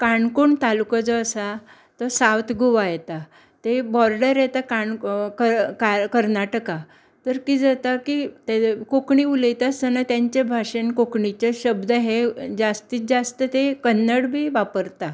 काणकोण तालुका जो आसा तो सावथ गोवा येता थंय बॉर्डर येता काण को क कर्नाटका तर कितें जाता की कोंकणी उलयता आसतना तेंच्या भाशेंत कोंकणी शब्द हे जास्तीक जास्त ते कन्नड बी वापरता